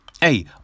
hey